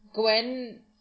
Gwen